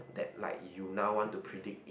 that like you now want to predict it